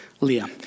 Leah